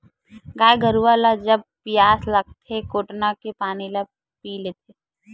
गाय गरुवा ल जब पियास लागथे कोटना के पानी ल पीय लेथे